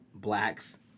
blacks